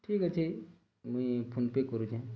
ଠିକ୍ ଅଛି ମୁଇଁ ଫୋନ୍ପେ କରୁଛେଁ